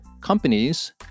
companies